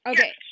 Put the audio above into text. Okay